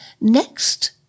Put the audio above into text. next